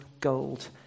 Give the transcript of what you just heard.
gold